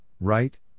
right